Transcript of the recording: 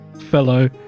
fellow